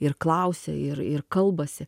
ir klausia ir ir kalbasi